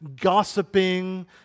gossiping